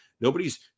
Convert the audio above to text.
nobody's